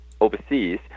overseas